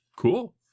Cool